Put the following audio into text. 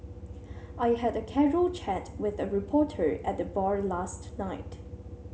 I had a casual chat with a reporter at the bar last night